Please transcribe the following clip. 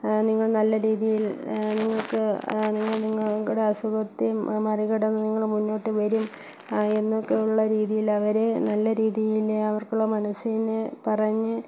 നിങ്ങൾ നല്ല രീതിയിൽ നിങ്ങൾക്ക് നിങ്ങൾ നിങ്ങളുടെ അസുഖത്തെയും മറികടന്ന് നിങ്ങള് മുന്നോട്ടു വരും എന്നൊക്കെ ഉള്ള രീതിയിലവരെ നല്ല രീതിയില് അവർക്കുള്ള മനസ്സിനെ പറഞ്ഞ്